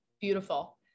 Beautiful